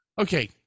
okay